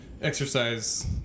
Exercise